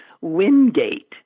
Wingate